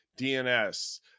DNS